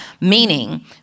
meaning